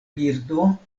birdo